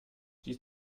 die